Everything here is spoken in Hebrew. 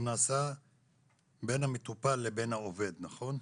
הוא נעשה בין המטופל לבין העובד, נכון?